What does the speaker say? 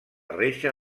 reixa